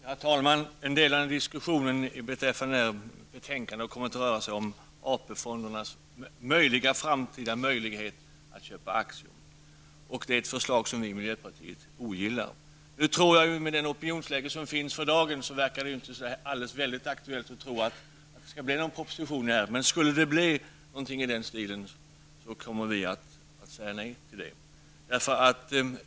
Herr talman! En del av diskussionen beträffande det här betänkandet har kommit att röra sig om AP-fondernas eventuella framtida möjlighet att köpa aktier. Det är ett förslag som vi i miljöpartiet ogillar. Med det opinionsläge som råder för dagen verkar det inte alldeles väldigt aktuellt att tro att det skall bli någon proposition i ärendet, men skulle det bli någonting i den stilen kommer vi att säga nej till det.